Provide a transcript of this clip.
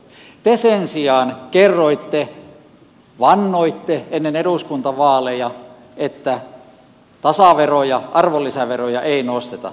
te sen sijaan kerroitte vannoitte ennen eduskuntavaaleja että tasaveroja arvonlisäveroja ei nosteta